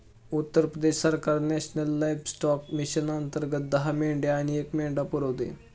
उत्तर प्रदेश सरकार national livestock mission अंतर्गत दहा मेंढ्या आणि एक मेंढा पुरवते